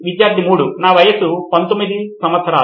విద్యార్థి 3 నా వయసు 19 సంవత్సరాలు